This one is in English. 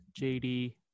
JD